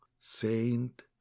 Saint